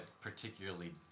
particularly